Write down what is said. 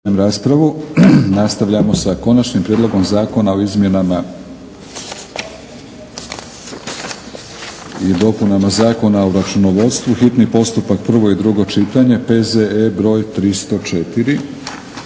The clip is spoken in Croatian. Milorad (HNS)** Nastavljamo sa - Konačnim prijedlogom Zakona o izmjenama i dopunama Zakona o računovodstvu, hitni postupak, prvo i drugo čitanje, P.Z.E.br. 304.